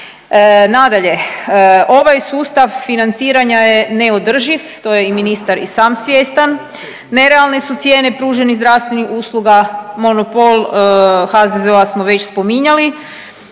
Nadalje, ovaj sustav financiranja je neodrživ, to je ministar i sam svjestan. Nerealne su cijene pruženih zdravstvenih usluga. Monopol HZZO-a smo već spominjali.